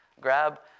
Grab